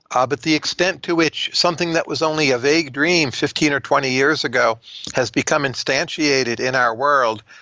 ah but the extent to which something that was only a vague dream fifteen or twenty years ago has become instantiated in our world,